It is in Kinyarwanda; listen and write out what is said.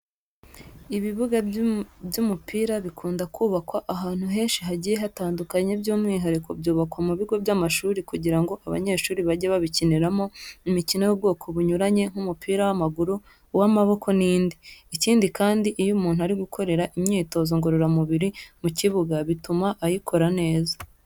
Ibibuga by'umupira bikunda kubakwa ahantu henshi hagiye hatandukanye by'umwihariko byubakwa mu bigo by'amashuri kugira ngo abanyeshuri bajye babikiniramo imikino y'ubwoko bunyuranye nk'umupira w'amaguru, uw'amaboko n'iyindi. Ikindi kandi iyo umuntu ari gukorera imyitozo ngororamubiri mu kibuga bituma ayikora neza.